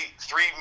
three